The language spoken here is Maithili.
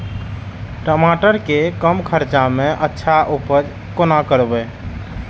टमाटर के कम खर्चा में अच्छा उपज कोना करबे?